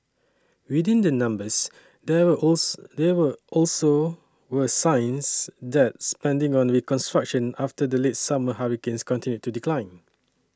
within the numbers there were there were also were signs that spending on reconstruction after the late summer hurricanes continued to decline